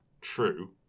True